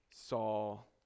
Saul